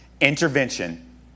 intervention